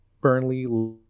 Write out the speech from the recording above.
Burnley